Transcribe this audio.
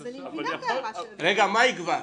מה יגבר?